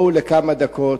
בואו לכמה דקות,